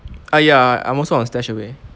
!aiya! I'm also on StashAway